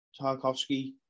Tarkovsky